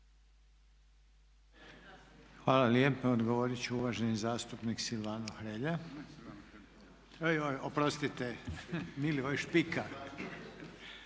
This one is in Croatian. Hvala lijepo. Odgovorit će uvaženi zastupnik Silvano Hrelja. Joj oprostite Milivoj Špika.